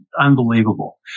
unbelievable